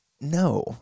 no